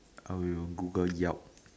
oh we will Google York